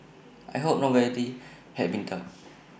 I hope nobody had been duped